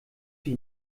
wie